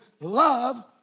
love